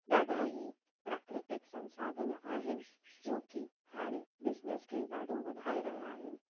ॾाढा ई प्राकृतिक संसाधन आहिनि जोकी हाणे बिज़निस खे ॾाढो वधाए रहिया आहिनि